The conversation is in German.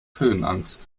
höhenangst